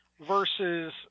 versus